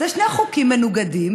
אלה שני חוקים מנוגדים